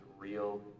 real